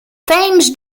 thames